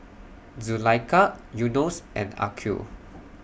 Zulaikha Yunos and Aqil